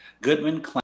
Goodman